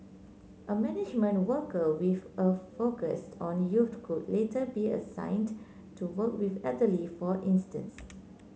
a management worker with a focus on youth could later be assigned to work with elderly for instance